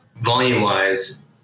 volume-wise